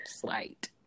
Slight